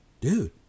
dude